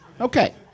Okay